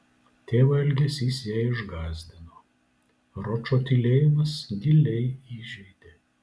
tėvo elgesys ją išgąsdino ročo tylėjimas giliai įžeidė